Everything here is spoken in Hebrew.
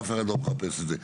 אף אחד לא מחפש את זה.